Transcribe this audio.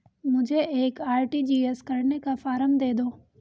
मुझे एक आर.टी.जी.एस करने का फारम दे दो?